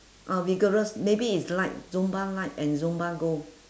ah vigorous maybe it's light zumba light and zumba gold